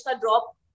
drop